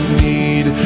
need